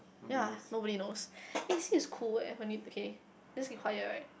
ya nobody knows actually it's cool eh when it okay let's be quiet right